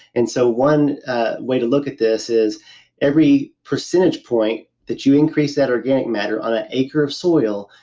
and so one way to look at this is every percentage point that you increase that organic matter on an acre of soil,